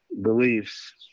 beliefs